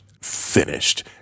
finished